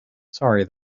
sorry